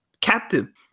captain